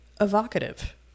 evocative